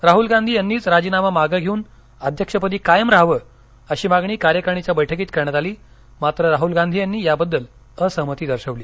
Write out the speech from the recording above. राहुल गांधी यांनीच राजीनामा मागं घेऊन अध्यक्षपदी कायम राहावं अशी मागणी कार्यकारणीच्या बैठकीत करण्यात आली मात्र राहुल गांधी याबद्दल असहमती दर्शवली